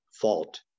fault